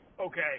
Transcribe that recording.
Okay